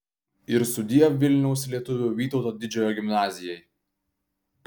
ir sudiev vilniaus lietuvių vytauto didžiojo gimnazijai